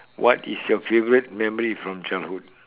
what is your favourite memory from childhood